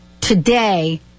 today